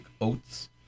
oats